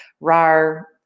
RAR